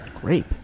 Grape